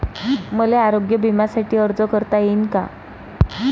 मले आरोग्य बिम्यासाठी अर्ज करता येईन का?